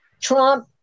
Trump